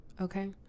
Okay